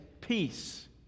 peace